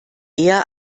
eher